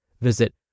Visit